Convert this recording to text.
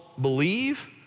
believe